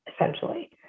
essentially